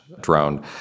drone